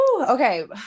Okay